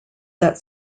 that